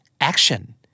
Action